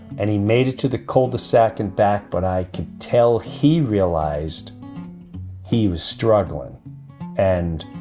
and he made it to the cul de sac and back. but i can tell he realized he was struggling and